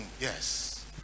Yes